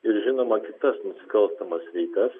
ir žinoma kitas nusikalstamas veikas